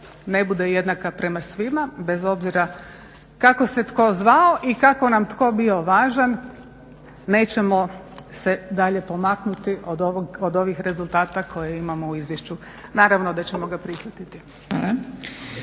ne bude jednaka prema svima bez obzira kako se tko zvao i kao nam tko bio važan nećemo se dalje pomaknuti od ovih rezultata koje imamo u izvješću. Naravno da ćemo ga prihvatiti.